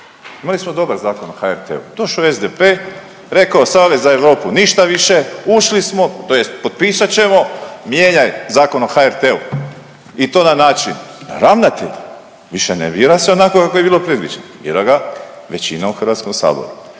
Imali smo dobar Zakon o HRT-u, došo je SDP, rekao Savez za Europu ništa više ušli smo tj. potpisat ćemo mijenjan Zakon o HRT-u i to na način da ravnatelj više ne bira se onako kako je bilo predviđeno, bira ga većina u Hrvatskom saboru.